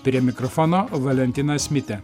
prie mikrofono valentinas mitė